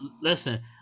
listen